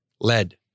Lead